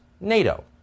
NATO